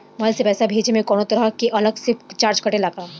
Mobile से पैसा भेजे मे कौनों तरह के अलग से चार्ज कटेला का?